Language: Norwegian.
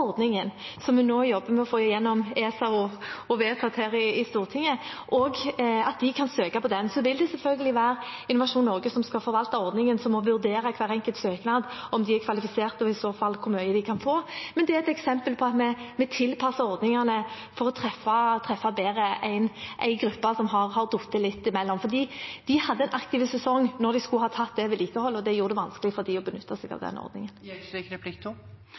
som vi nå jobber med å få igjennom i ESA og vedtatt her i Stortinget. Så vil det selvfølgelig være Innovasjon Norge, som skal forvalte ordningen, som må vurdere hver enkelt søknad – om de er kvalifiserte, og i så fall hvor mye de kan få. Men det er et eksempel på at vi tilpasser ordningene for å treffe en gruppe som har falt litt imellom, bedre. De hadde en aktiv sesong da de skulle ha gjort det vedlikeholdet, og det gjorde det vanskelig for dem å benytte seg av den ordningen.